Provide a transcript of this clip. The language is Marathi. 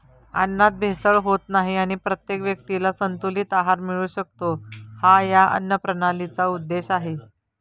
अन्नात भेसळ होत नाही आणि प्रत्येक व्यक्तीला संतुलित आहार मिळू शकतो, हा या अन्नप्रणालीचा उद्देश आहे